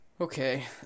Okay